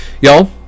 y'all